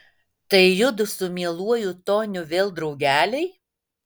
tai judu su mieluoju toniu vėl draugeliai